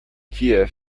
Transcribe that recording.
kiew